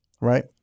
Right